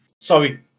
sorry